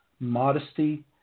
modesty